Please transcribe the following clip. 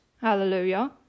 Hallelujah